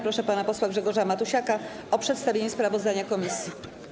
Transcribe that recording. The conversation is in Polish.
Proszę pana posła Grzegorza Matusiaka o przedstawienie sprawozdania komisji.